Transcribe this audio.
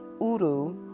Uru